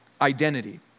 identity